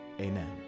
Amen